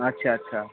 अच्छा अच्छा